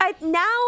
Now